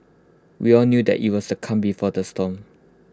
we all knew that IT was the calm before the storm